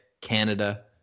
Canada